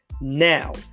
now